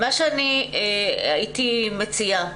מה שאני הייתי מציעה,